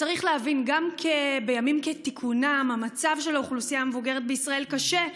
צריך להבין: גם בימים כתיקונים המצב של האוכלוסייה המבוגרת בישראל קשה.